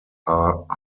are